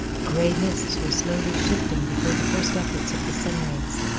gray mists were slowly shifting before the first efforts of the sun rays.